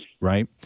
Right